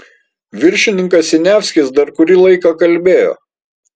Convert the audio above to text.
viršininkas siniavskis dar kurį laiką kalbėjo